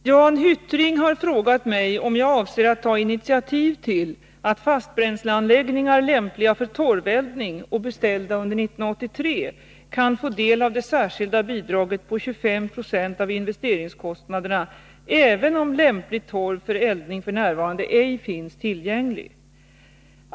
Herr talman! Jan Hyttring har frågat mig om jag avser att ta initiativ till att fastbränsleanläggningar lämpliga för torveldning och beställda under 1983 kan få del av det särskilda bidraget på 25 20 av investeringskostnaden även om lämplig torv för eldning f. n. ej finns tillgänglig.